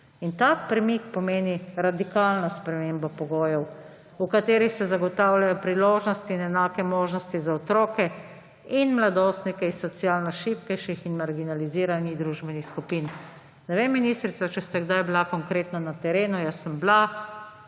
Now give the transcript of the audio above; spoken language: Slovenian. In ta premik pomeni radikalno spremembo pogojev, v katerih se zagotavljajo priložnosti in enake možnosti za otroke in mladostnike iz socialno šibkejših in marginaliziranih družbenih skupin. Ne vem, ministrica, če ste kdaj bili konkretno na terenu, jaz sem bila,